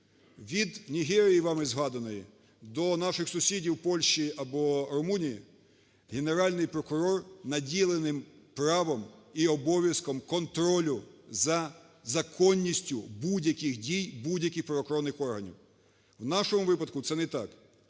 згаданої, до наших сусідів Польщі або Румунії Генеральний прокурор наділений правом і обов'язком контролю за законністю будь-яких дій будь-яких правоохоронних органів. У нашому випадку це не так: